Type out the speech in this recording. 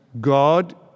God